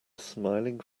smiling